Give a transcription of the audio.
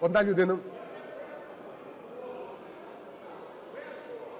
Одна людина.